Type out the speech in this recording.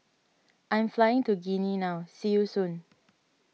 I am flying to Guinea now see you soon